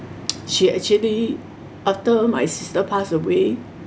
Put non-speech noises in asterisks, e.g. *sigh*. *noise* she actually after my sister passed away